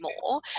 more